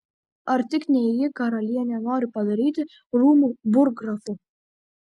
ar tik ne jį karalienė nori padaryti rūmų burggrafu